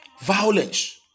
violence